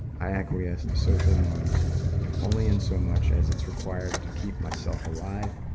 i acquiesce to social norms only in so much as it's required to keep myself alive.